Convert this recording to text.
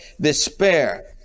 despair